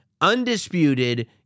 Undisputed